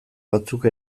batzuk